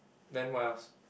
then what else